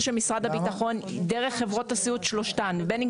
של משרד הביטחון דרך חברות הסיעוד שלושתן; בין אם